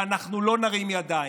ואנחנו לא נרים ידיים,